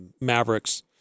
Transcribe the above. Mavericks